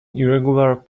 irregular